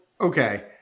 okay